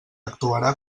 actuarà